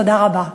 תודה רבה.